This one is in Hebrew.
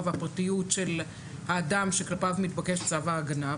והפרטיות של האדם שכלפיו מתבקש צו ההגנה,